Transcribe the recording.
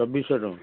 ଚବିଶ ଶହ ଟଙ୍କା